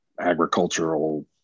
Agricultural